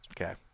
Okay